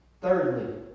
thirdly